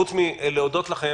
חוץ מלהודות לכם,